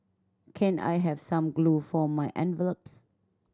can I have some glue for my envelopes